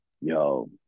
Yo